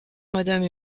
madame